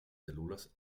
cèl·lules